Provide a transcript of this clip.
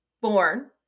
born